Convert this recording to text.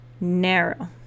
narrow